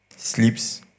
Sleeps